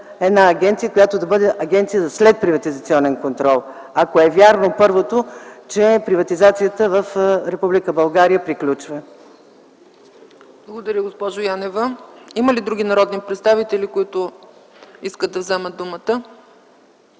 една агенция, която да бъде агенция за следприватизационен контрол, ако е вярно първото, че приватизацията в Република България приключва. ПРЕДСЕДАТЕЛ ЦЕЦКА ЦАЧЕВА: Благодаря, госпожо Янева. Има ли други народни представители, които искат да вземат думата?